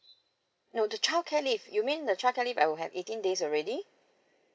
no the childcare leave you mean the childcare leave I will have eighteen days already